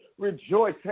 rejoice